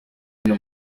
hino